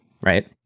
Right